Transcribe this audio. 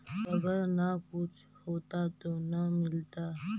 अगर न कुछ होता तो न मिलता?